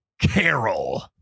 Carol